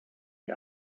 die